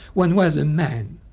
one was a man,